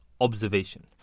observation